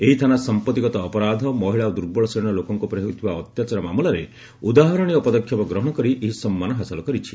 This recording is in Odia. ଏହି ଥାନା ସମ୍ପଭିଗତ ଅପରାଧ ମହିଳା ଓ ଦୁର୍ବଳ ଶ୍ରେଣୀର ଲୋକଙ୍କ ଉପରେ ହେଉଥିବା ଅତ୍ୟାଚାର ମାମଲାରେ ଉଦାହରଣୀୟ ପଦକ୍ଷେପ ଗ୍ରହଣ କରି ଏହି ସମ୍ମାନ ହାସଲ କରିଛି